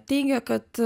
teigia kad